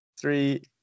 three